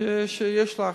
יש לחץ,